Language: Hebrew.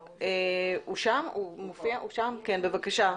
ביבס, בבקשה,